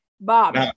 Bob